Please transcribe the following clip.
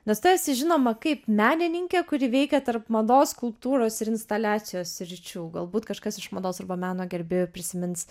nes tu esi žinoma kaip menininkė kuri veikia tarp mados skulptūros ir instaliacijos sričių galbūt kažkas iš mados arba meno gerbėjų prisimins